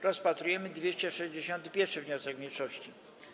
Rozpatrujemy 261. wniosek mniejszości.